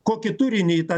kokį turinį ta